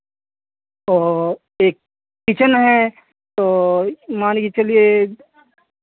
और एक किचन है तो मान के चलिए